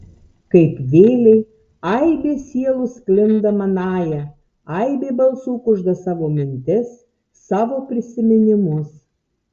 kaip vėlei aibė sielų sklinda manąja aibė balsų kužda savo mintis savo prisiminimus